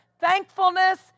thankfulness